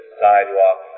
sidewalk